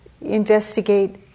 investigate